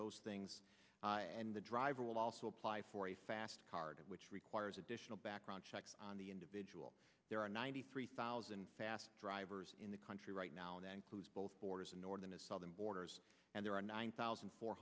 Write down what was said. those things and the driver will also apply for a card which requires additional background checks on the individual there are ninety three thousand fast drivers in the country right now both borders in northern and southern borders and there are nine thousand four